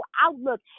outlook